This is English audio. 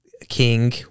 King